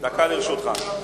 דקה לרשותך.